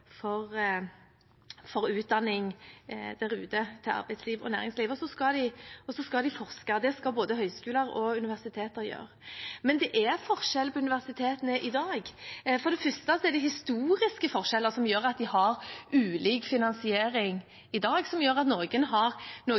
utdanning til arbeidsliv og næringsliv. Og så skal de forske, det skal både høyskoler og universiteter gjøre. Men det er forskjell på universitetene i dag. For det første er det historiske forskjeller som gjør at de har ulik finansiering, og som gjør at noen har